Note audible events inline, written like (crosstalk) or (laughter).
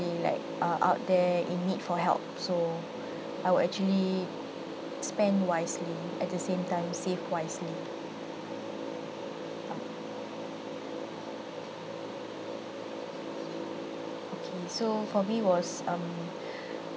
like uh out there in need for help so I would actually spend wisely at the same time save wisely okay so for me was um (breath)